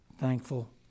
thankful